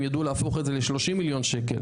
שהם ידעו להפוך את זה ל-30 מיליון שקלים